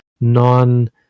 non